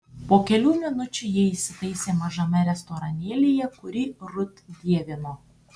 po kelių minučių jie įsitaisė mažame restoranėlyje kurį rut dievino